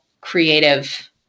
creative